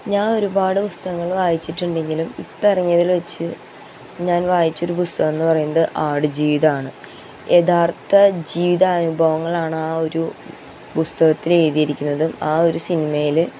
ഞാന് ഒരുപാട് പുസ്തകങ്ങള് വായിച്ചിട്ടുണ്ടെങ്കിലും ഇപ്പം ഇറങ്ങിയതില് വെച്ച് ഞാന് വായിച്ച ഒരു പുസ്തകമെന്ന് പറയുന്നത് ആടുജീവിതമാണ് യഥാര്ത്ഥ ജീവിത അനുഭവങ്ങളാണ് ആ ഒരു പുസ്തകത്തില് എഴുതിയിരിക്കുന്നതും ആ ഒരു സിനിമയില്